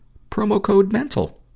promo code mental.